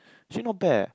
actually not bad eh